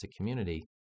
community